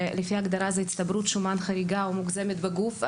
שלפי ההגדרה זאת הצטברות שומן חריגה או מוגזמת בגוף,